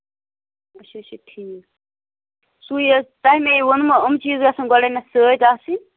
اَچھا اَچھا ٹھیٖک سُے حظ تۄہہِ میٚے ووٚنمو یِم چیٖز گژھن گۄڈٕنٮ۪تھ سۭتۍ آسٕنۍ